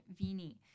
Vini